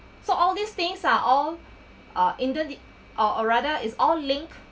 so all these things are all uh interde~ or or rather is all link